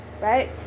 Right